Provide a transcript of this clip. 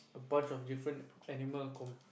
a bunch of different animals con~